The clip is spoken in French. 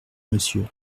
monsieur